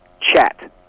chat